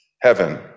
heaven